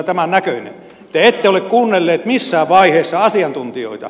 te ette ole kuunnelleet missään vaiheessa asiantuntijoita